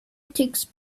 tycks